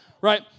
right